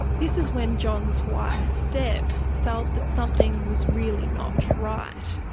this is when john's wife deb felt that something was really not right.